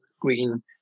green